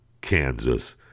Kansas